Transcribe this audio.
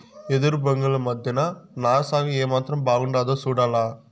ఎదురు బొంగుల మద్దెన నారు సాగు ఏమాత్రం బాగుండాదో సూడాల